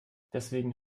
deswegen